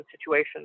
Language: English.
situations